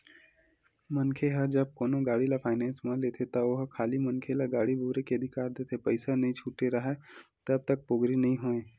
मनखे ह जब कोनो गाड़ी ल फायनेंस म लेथे त ओहा खाली मनखे ल गाड़ी बउरे के अधिकार देथे पइसा नइ छूटे राहय तब तक पोगरी नइ होय